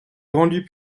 rendus